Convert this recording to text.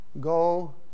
Go